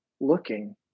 looking